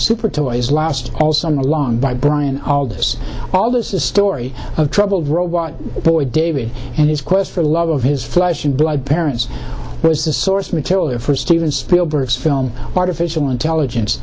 super toys last all summer long by brian aldiss all this is a story of troubled boy david and his quest for love of his flesh and blood parents was the source material for steven spielberg's film artificial intelligence